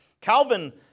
Calvin